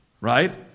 right